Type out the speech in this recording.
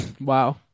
Wow